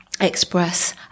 express